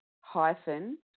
hyphen